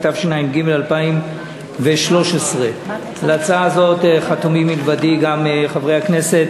התשע"ג 2013. יציג מן הצד חבר הכנסת